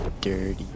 dirty